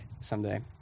someday